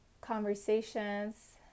conversations